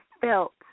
felt